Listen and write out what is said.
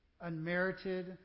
unmerited